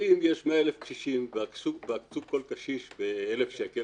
אם יש 100,000 קשישים ועקצו כל קשיש ב-1,000 שקלים